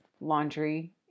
laundry